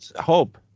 hope